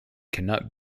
cannot